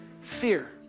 Fear